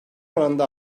oranında